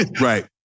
Right